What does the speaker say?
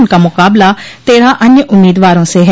उनका मुकाबला तेरह अन्य उम्मीदवारों से है